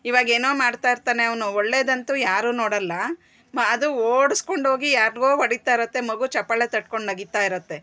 ಇವಾಗ ಏನೊ ಮಾಡ್ತಾ ಇರ್ತಾನೆ ಅವನು ಒಳ್ಳೆದು ಅಂತು ಯಾರು ನೋಡಲ್ಲ ಮಾ ಅದು ಓಡ್ಸ್ಕೊಂಡು ಹೋಗಿ ಯಾರ್ಗೋ ಹೋಡಿತಾ ಇರುತ್ತೆ ಮಗು ಚಪ್ಪಾಳೆ ತಟ್ಕೊಂಡು ನಗುತ್ತಾ ಇರತ್ತೆ